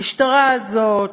המשטרה הזאת